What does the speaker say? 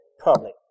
public